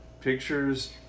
pictures